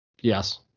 Yes